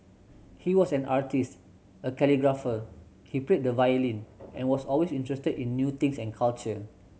he was an artist a calligrapher he played the violin and was always interested in new things and culture